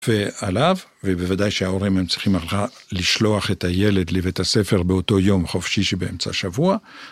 ועליו, ובוודאי שההורים הם aצריכים לשלוח את הילד לבית הספר באותו יום חופשי שבאמצע השבוע.